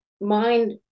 mind